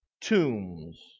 tombs